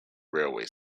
railway